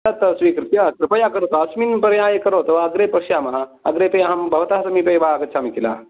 तत् स्वीकृत्य कृपया करोतु अस्मिन् पर्याये करोतु अग्रे पश्यामः अग्रेपि अहं भवतः समीपे एव आगच्छामि खिल